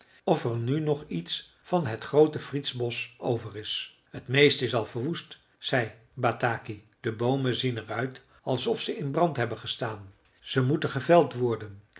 of er nu nog iets van het groote friedsbosch over is t meeste is al verwoest zei bataki de boomen zien er uit alsof ze in brand hebben gestaan ze moeten geveld worden